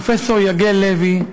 פרופסור יגיל לוי,